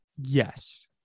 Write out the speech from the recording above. Yes